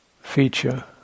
feature